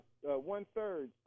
one-third